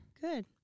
good